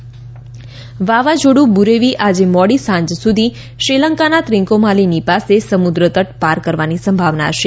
વાવાઝોડું વાવાઝોડું બુરેવિ આજે મોડી સાંજ સુધી શ્રીલંકાના ત્રિંકોમાલીની પાસે સમુક્રતટ પાર કરવાની સંભાવના છે